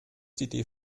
die